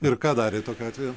ir ką darė tokiu atveju